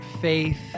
faith